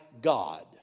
God